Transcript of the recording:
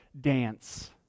dance